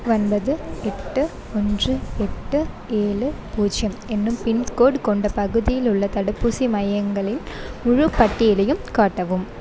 ஒன்பது எட்டு ஒன்று எட்டு ஏழு பூஜ்யம் என்னும் பின்கோடு கொண்ட பகுதியில் உள்ள தடுப்பூசி மையங்களில் முழுப் பட்டியலையும் காட்டவும்